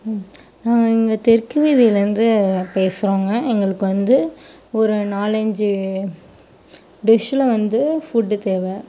நாங்கள் இங்கே தெற்கு வீதியில் இருந்து பேசுகிறோங்க எங்களுக்கு வந்து ஒரு நாலஞ்சு டிஷ்ஷில் வந்து ஃபுட்டு தேவை